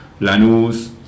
Lanús